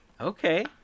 Okay